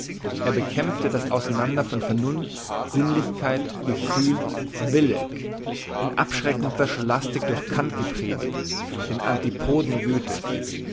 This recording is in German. er bekämpfte das auseinander von vernunft sinnlichkeit gefühl wille in abschreckendster scholastik durch kant gepredigt den